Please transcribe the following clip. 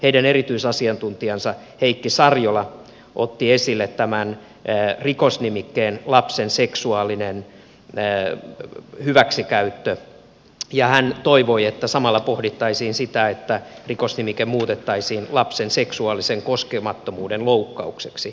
heidän erityisasiantuntijansa heikki sariola otti esille tämän rikosnimikkeen lapsen seksuaalinen hyväksikäyttö ja hän toivoi että samalla pohdittaisiin sitä että rikosnimike muutettaisiin lapsen seksuaalisen koskemattomuuden loukkaukseksi